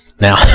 Now